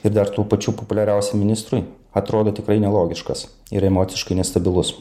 ir dar tuo pačiu populiariausiam ministrui atrodo tikrai nelogiškas ir emociškai nestabilus